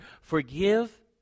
Forgive